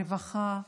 הרווחה,